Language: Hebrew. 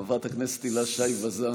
חברת הכנסת הילה שי וזאן,